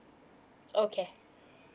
okay